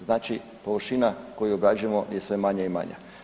Znači površina koju obrađujemo je sve manje i manje.